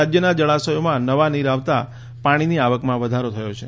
રાજ્યના જળાશયોમાં નવા નીર આવતા પાણીની આવકમાં વધારો થયો છે